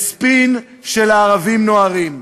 בספין של "הערבים נוהרים".